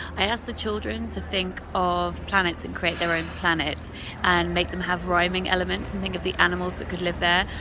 i asked the children to think of planets and create their own planets and make them have rhyming elements and think of the animals that could live there,